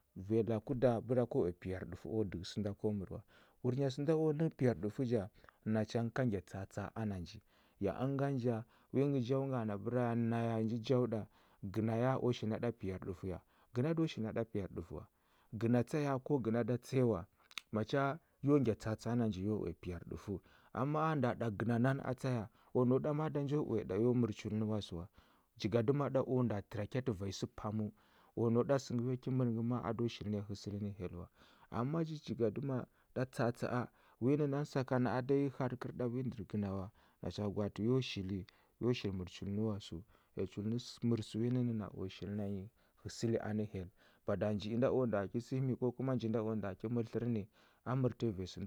Vanyi laku da bəra ko uya piyarɗufəu u dəhə sənda ko mər wa. Wurnya sənda u nə nghə piyarɗufə ja, nacha ngə ka ngya tsa atsa a ana nji. Ya ngan ja, wi ngə jau nga na bəra ya, naya nji jau ɗa, gəna ya, u shil na ɗa piyarɗufə ya? Gəna do shil na ɗa piyarɗufə wa. Gəna tsa ya ko gəna da tsa ya wa, macha yo ngya tsa atsa a na nji, yo uya piyarɗufəu. Am ma a nda ɗa gəna nani a tsa ya, o nau ɗa ma da njo uya ɗa yo mər chul nə na sə wa. Jigadəma ɗa u nda təra kyatə vanyi sə paməu, o nau sə ngə yo ki mər ma a do shil na nyi həsəli nə hyel wa. Am ma chi jigadəma ɗa tsa atsa a, wi nə nan sakana a da yi har kər ɗa wi ndər gəna wa, nacha gwaatə yo shili yo shi mər chul nawa səu. Ya chul nə chul mər sə wi nənə nə na, o shil na nyi həsəli anə hyel. Bada nji inda o nda ki səhimi ko kuma nji nda o nda ki mər tlər ni, a mərtə vanyi sə